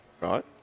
Right